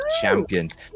champions